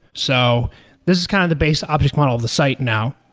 so this is kind of the base object model of the site now.